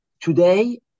today